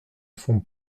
font